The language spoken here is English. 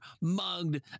mugged